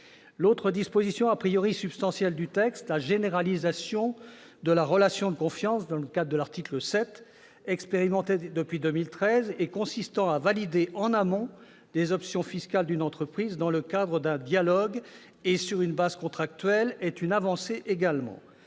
L'autre disposition substantielle du texte concerne la généralisation de la relation de confiance, inscrite à l'article 7. Expérimentée depuis 2013, elle consiste à valider en amont les options fiscales d'une entreprise dans le cadre d'un dialogue et sur une base contractuelle. Il s'agit d'une avancée dont